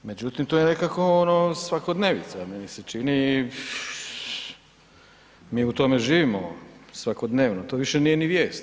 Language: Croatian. Međutim, to je nekako ono svakodnevnica meni se čini i mi u tome živimo svakodnevno, to više nije ni vijest.